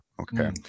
Okay